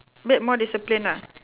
bit more disciplined ah